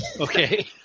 Okay